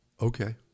Okay